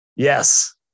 Yes